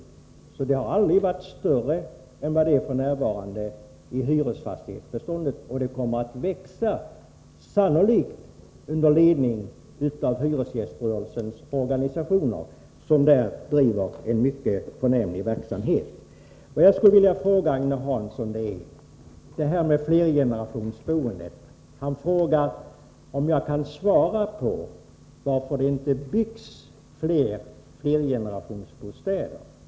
De boendes inflytande i hyresfastighetsbeståndet har aldrig varit större än det är f. n. Och det kommer att växa, sannolikt under ledning av hyresgäströrelsens organisationer, som härvidlag bedriver en mycket förnämlig verksamhet. När det gäller flergenerationsboendet frågar Agne Hansson om jag kan säga varför det inte byggs fler flergenerationsbostäder.